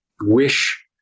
wish